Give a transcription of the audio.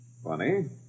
Funny